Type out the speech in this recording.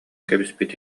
кэбиспит